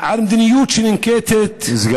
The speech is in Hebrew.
כאן על מדיניות שננקטת מצד המדינה,